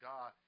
God